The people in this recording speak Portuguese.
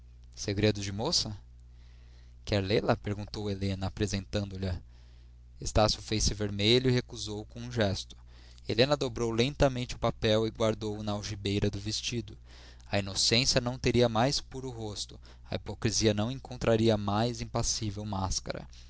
segredos de moça quer lê-la perguntou helena apresentando lha estácio fez-se vermelho e recusou com um gesto helena dobrou lentamente o papel e guardou-o na algibeira do vestido a inocência não teria mais puro rosto a hipocrisia não encontraria mais impassível máscara